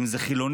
אם זה חילוני,